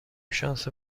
شانس